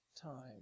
time